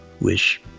wish